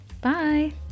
bye